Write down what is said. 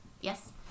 Yes